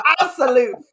Absolute